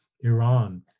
Iran